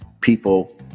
People